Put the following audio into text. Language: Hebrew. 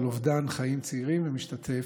על אובדן חיים צעירים ומשתתף